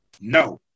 no